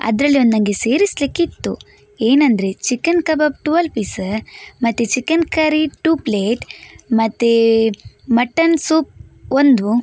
ಅದರಲ್ಲಿ ಒಂದು ನನಗೆ ಸೇರಿಸಲಿಕಿತ್ತು ಏನೆಂದರೆ ಚಿಕನ್ ಕಬಾಬ್ ಟ್ವೆಲ್ವ್ ಪೀಸ್ ಮತ್ತು ಚಿಕನ್ ಕರಿ ಟೂ ಪ್ಲೇಟ್ ಮತ್ತೆ ಮಟನ್ ಸೂಪ್ ಒಂದು